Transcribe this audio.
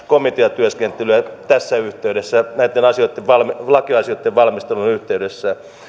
komiteatyöskentelyä tässä yhteydessä näitten lakiasioitten valmistelun yhteydessä